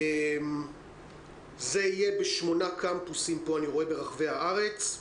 זה יהיה בשמונה קמפוסים ברחבי הארץ.